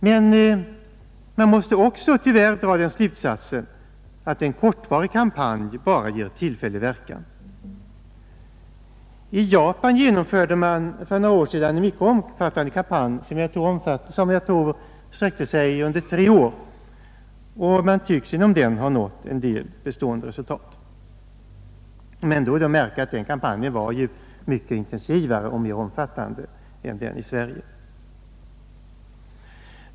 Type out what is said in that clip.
Men man måste också tyvärr dra den slutsatsen att en kortvarig kampanj bara ger tillfällig verkan. I Japan genomförde man för några år sedan en mycket omfattande kampanj som jag tror sträckte sig över tre år, och man tycks genom den ha nått en del bestående resultat. Men då är att märka att den kampanjen var mycket intensivare och mer omfattande än den i Sverige.